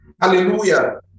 Hallelujah